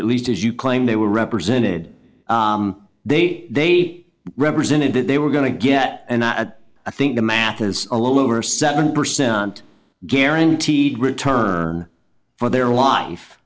at least as you claim they were represented they they represented that they were going to get and that i think the math is a little over seven percent guaranteed return for their life